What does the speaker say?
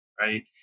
right